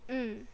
mm